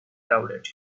crowd